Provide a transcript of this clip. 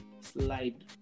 slide